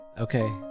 Okay